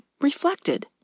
reflected